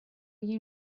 you